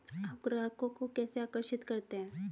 आप ग्राहकों को कैसे आकर्षित करते हैं?